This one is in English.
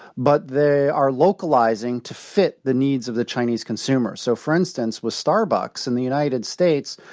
but they are localizing to fit the needs of the chinese consumers. so for instance, with starbucks, in the united states,